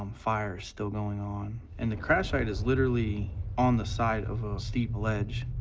um fire still going on, and the crash site is literally on the side of a steep ledge.